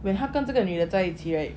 when 他跟这个女的在一起 right